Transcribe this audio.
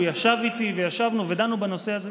הוא ישב איתי ודנו בנושא הזה.